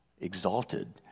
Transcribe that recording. exalted